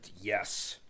Yes